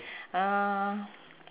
um